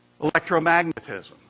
Electromagnetism